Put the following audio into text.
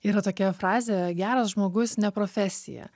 yra tokia frazė geras žmogus ne profesija